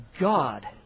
God